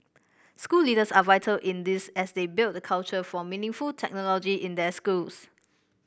school leaders are vital in this as they build the culture for meaningful technology in their schools